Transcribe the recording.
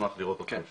ונשמח לראות אתכם שם.